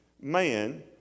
man